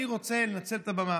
אני רוצה לנצל את הבמה